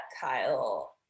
Kyle